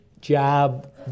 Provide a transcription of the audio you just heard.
job